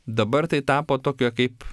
dabar tai tapo tokia kaip